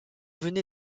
venez